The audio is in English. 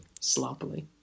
sloppily